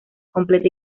completa